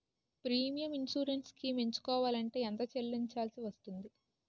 Premium insurance schemes ఎంచుకోవలంటే ఎంత చల్లించాల్సివస్తుంది??